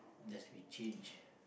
just we change